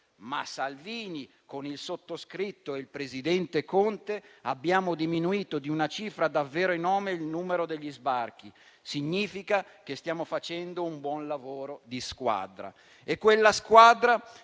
ma Salvini con lui e con il presidente Conte, avevano diminuito di una cifra davvero enorme il numero degli sbarchi. Significava che stavano facendo un buon lavoro di squadra. Quella squadra,